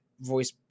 voice